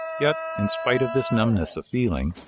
yet, in spite of this numbness of feeling,